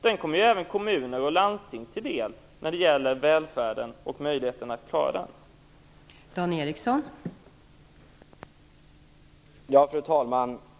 Den kommer även kommuner och landsting till del när det gäller möjligheterna att klara välfärden.